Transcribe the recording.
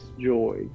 joy